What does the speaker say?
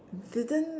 didn't